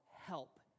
help